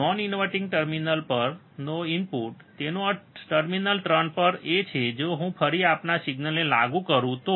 non inverting terminal પર નો input તેનો અર્થ ટર્મિનલ 3 પર એ કે જો હું ફરીથી આપણાં સિગ્નલને લાગુ કરું તો